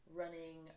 running